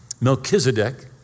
Melchizedek